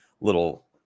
little